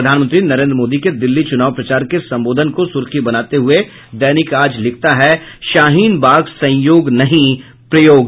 प्रधानमंत्री नरेन्द्र मोदी के दिल्ली चुनाव प्रचार के संबोधन को सुर्खी बनाते हुये दैनिक आज लिखता है शाहीन बाग संयोग नहीं प्रयोग